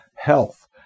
health